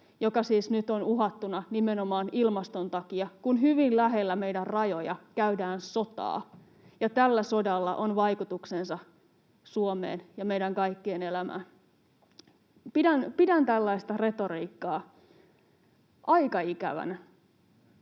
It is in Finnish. nyt on uhattuna nimenomaan ilmaston takia, kun hyvin lähellä meidän rajoja käydään sotaa — ja tällä sodalla on vaikutuksensa Suomeen ja meidän kaikkien elämään. Pidän tällaista retoriikkaa aika ikävänä.